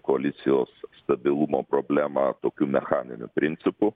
koalicijos stabilumo problemą tokiu mechaniniu principu